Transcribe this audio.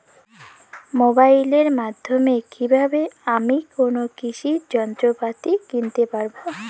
মোবাইলের মাধ্যমে কীভাবে আমি কোনো কৃষি যন্ত্রপাতি কিনতে পারবো?